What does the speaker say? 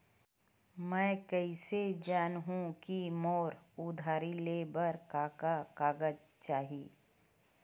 मैं कइसे जानहुँ कि मोला उधारी ले बर का का कागज चाही?